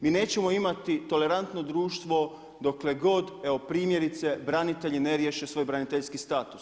Mi nećemo imati tolerantno društvo, dokle god, evo primjerice branitelji ne riješe svoj braniteljski status.